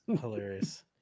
Hilarious